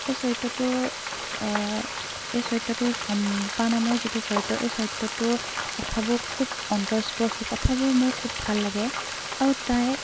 এই চৰিত্ৰটোৰ এই চৰিত্ৰটোৰ চম্পা নামৰ যিটো চৰিত্ৰ এই চৰিত্ৰটোৰ কথাবোৰ খুব অন্তৰস্পৰ্শী কথাবোৰ মোৰ খুব ভাল লাগে আৰু তাই